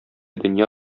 дөнья